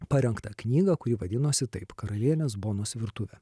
parengtą knygą kuri vadinosi taip karalienės bonos virtuvė